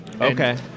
Okay